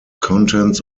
contents